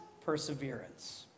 perseverance